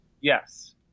Yes